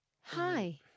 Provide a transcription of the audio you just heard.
Hi